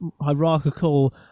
hierarchical